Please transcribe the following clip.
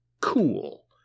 cool